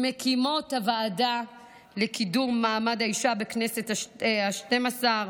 ממקימות הוועדה לקידום מעמד האישה בכנסת השתים-עשרה,